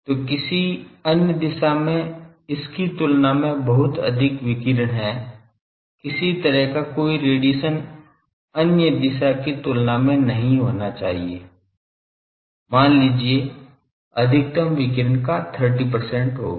तो किसी अन्य दिशा में इसकी तुलना में बहुत अधिक विकिरण है किसी तरह का कोई रेडिएशन अन्य दिशा की तुलना में नहीं होना चाहिए मान लीजिए अधिकतम विकिरण का 30 होगा